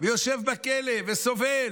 ויושב בכלא וסובל,